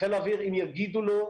ואם יגידו לו,